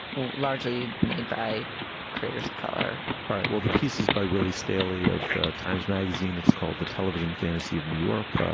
largely made by creators of color all right. well, the pieces by willie staley of the times magazine, it's called the television fantasy of new york.